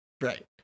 Right